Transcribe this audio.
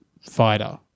fighter